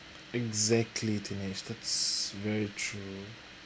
exactly Dinesh that's very true